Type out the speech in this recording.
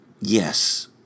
yes